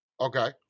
Okay